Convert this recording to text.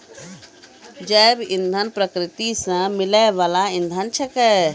जैव इंधन प्रकृति सॅ मिलै वाल इंधन छेकै